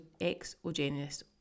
exogenous